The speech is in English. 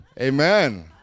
Amen